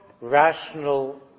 rational